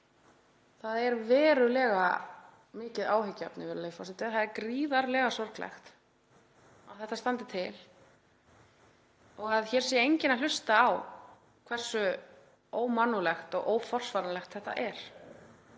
Það er verulega mikið áhyggjuefni, virðulegur forseti, það er gríðarlega sorglegt að þetta standi til og að hér sé enginn að hlusta á hversu ómannúðlegt og óforsvaranlegt þetta er